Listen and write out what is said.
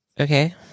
Okay